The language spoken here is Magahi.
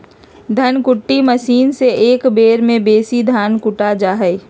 धन कुट्टी मशीन से एक बेर में बेशी धान कुटा जा हइ